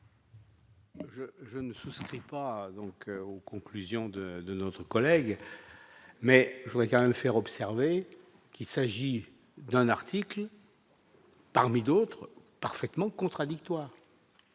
je ne souscris pas donc aux conclusions de de notre collègue, mais je voudrais quand même faire observer qu'il s'agit d'un article. Parmi d'autres, parfaitement contradictoires.